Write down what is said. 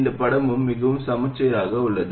மேலும் இந்த படமும் மிகவும் சமச்சீராக உள்ளது